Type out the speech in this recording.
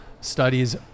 studies